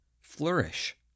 flourish